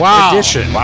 edition